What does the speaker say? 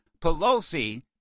Pelosi